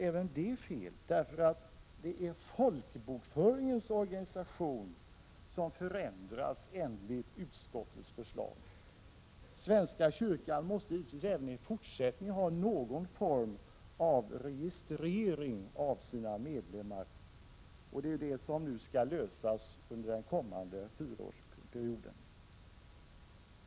Även det är fel. Det är folkbokföringens organisation som enligt utskottets förslag skall förändras. Svenska kyrkan måste även i fortsättningen ha någon form av registrering av sina medlemmar, och det är den frågan som skall lösas under den kommande fyraårsperioden.